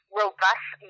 robust